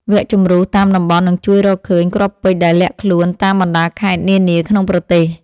វគ្គជម្រុះតាមតំបន់នឹងជួយរកឃើញគ្រាប់ពេជ្រដែលលាក់ខ្លួនតាមបណ្ដាខេត្តនានាក្នុងប្រទេស។